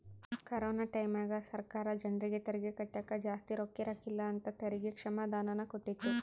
corona ಟೈಮ್ಯಾಗ ಸರ್ಕಾರ ಜರ್ನಿಗೆ ತೆರಿಗೆ ಕಟ್ಟಕ ಜಾಸ್ತಿ ರೊಕ್ಕಿರಕಿಲ್ಲ ಅಂತ ತೆರಿಗೆ ಕ್ಷಮಾದಾನನ ಕೊಟ್ಟಿತ್ತು